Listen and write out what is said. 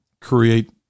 create